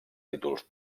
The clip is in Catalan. títols